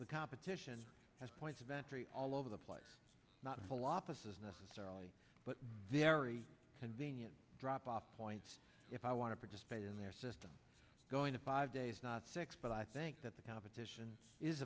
the competition has points of entry all over the place not full opposite necessarily but very convenient drop off point if i want to participate in their system going to five days not six but i think that the competition is